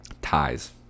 ties